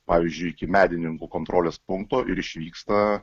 pavyzdžiui iki medininkų kontrolės punkto ir išvyksta